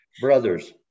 brothers